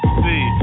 see